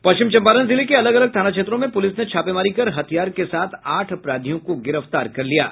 पश्चिम चंपारण जिले के अलग अलग थाना क्षेत्रों में पुलिस ने छापेमारी कर हथियार के साथ आठ अपराधियों को गिरफ्तार कर लिया है